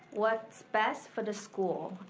what's best for the school.